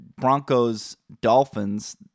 Broncos-Dolphins